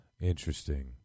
Interesting